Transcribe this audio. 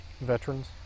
veterans